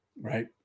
right